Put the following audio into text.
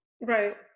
Right